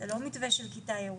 זה לא מתווה של כיתה ירוקה.